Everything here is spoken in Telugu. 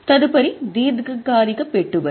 తదుపరి దీర్ఘకాలికం పెట్టుబడి